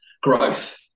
growth